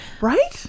Right